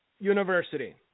University